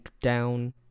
down